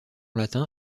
latin